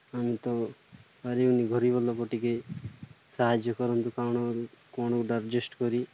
ଆମେ ତ ପାରିବୁନି ଗରିବ ଲୋକ ଟିକିଏ ସାହାଯ୍ୟ କରନ୍ତୁ କ'ଣ କ'ଣ ଗୋଟେ ଆଡ଼୍ଜେଷ୍ଟ୍ କରି